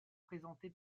présenté